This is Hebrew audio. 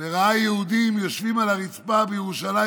וראה יהודים יושבים על הרצפה בירושלים,